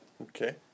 okay